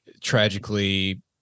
Tragically